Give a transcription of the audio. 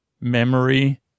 memory